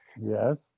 Yes